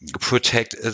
protect